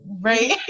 right